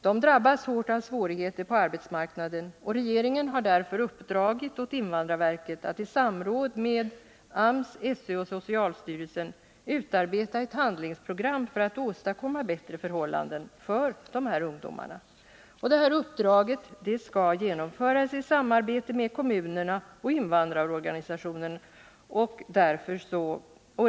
De drabbas hårt av svårigheter på arbetsmarknaden, och regeringen har därför uppdragit åt invandrarverket att i samråd med arbetsmarknadsstyrelsen, skolöverstyrelsen och socialstyrelsen utarbeta ett handlingsprogram för att åstadkomma bättre förhållanden för invandrarungdomarna. Uppdraget skall fullgöras i samarbete med kommunerna och invandrarorganisationerna.